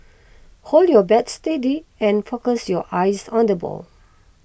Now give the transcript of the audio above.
hold your bat steady and focus your eyes on the ball